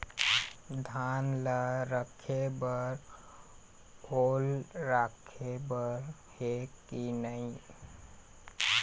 धान ला रखे बर ओल राखे बर हे कि नई?